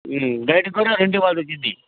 గైడ్కి కూడా ఎందువల్ వచ్చింది